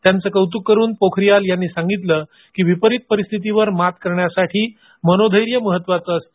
त्यांचं कौतुक करून पोखारीयाल यांनी सांगितलं की विपरीत परिस्थितीवर मात करण्यासाठी मनोधैर्य महत्वाचे असते